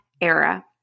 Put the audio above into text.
Era